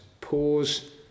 pause